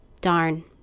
Darn